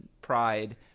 pride